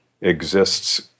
exists